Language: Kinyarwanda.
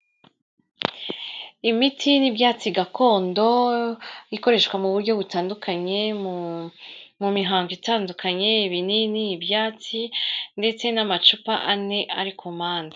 Imiti y'ibyatsi gakondo ikoreshwa mu buryo butandukanye, mu mihango itandukanye, ibinini, ibyatsi ndetse n'amacupa ane ari ku mpande.